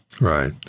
Right